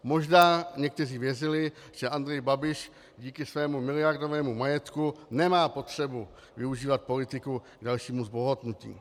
Možná někteří věřili, že Andrej Babiš díky svému miliardovému majetku nemá potřebu využívat politiku k dalšímu zbohatnutí.